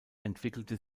entwickelte